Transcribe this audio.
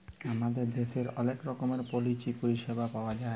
আমাদের দ্যাশের অলেক রকমের পলিচি পরিছেবা পাউয়া যায়